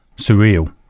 Surreal